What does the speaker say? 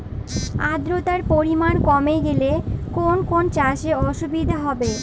আদ্রতার পরিমাণ কমে গেলে কোন কোন চাষে অসুবিধে হবে?